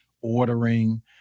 ordering